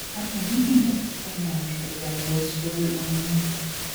kartą mitinge ir neužbaigė atėjus liudui oniūnui